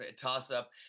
toss-up